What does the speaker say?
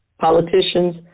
politicians